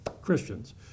Christians